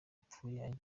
apfuye